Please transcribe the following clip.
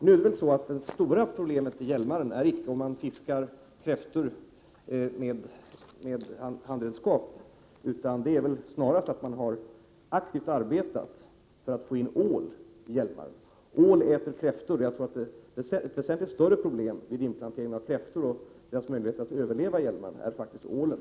Nu är det väl så, att det stora problemet i Hjälmaren inte är fiske av kräftor med handredskap, utan det är snarast att man aktivt har arbetat för att få in ål i Hjälmaren. Ål äter kräftor, och ålen är faktiskt ett väsentligt större problem när det gäller inplantering av kräftor och deras möjligheter att överleva i Hjälmaren.